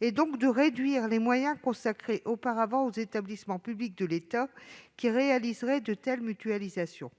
et donc de réduire les moyens consacrés aux établissements publics de l'État qui réaliseraient de telles mutualisations.